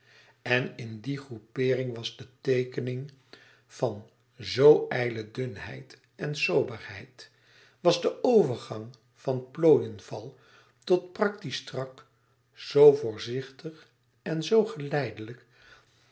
en in die groepeering was de teekening van zoo ijle dunheid en soberheid was de overgang van plooienval tot praktischstrak zoo voorzichtig en zoo geleidelijk